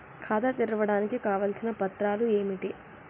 ఖాతా తెరవడానికి కావలసిన పత్రాలు ఏమిటి?